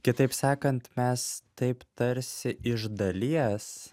kitaip sakant mes taip tarsi iš dalies